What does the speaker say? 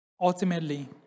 ultimately